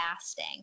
fasting